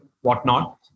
whatnot